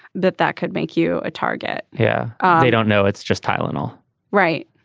that that could make you a target. yeah i don't know it's just tylenol right.